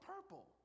purple